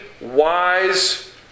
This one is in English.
wise